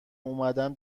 اومدم